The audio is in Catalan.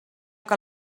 que